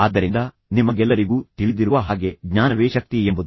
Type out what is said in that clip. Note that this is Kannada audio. ಆದ್ದರಿಂದ ನಿಮಗೆಲ್ಲರಿಗೂ ತಿಳಿದಿರುವ ಹಾಗೆ ಜ್ಞಾನವೇ ಶಕ್ತಿ ಎಂಬುದು